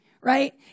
right